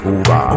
over